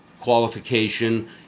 qualification